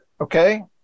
Okay